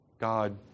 God